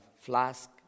flask